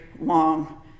long